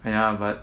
!aiya! but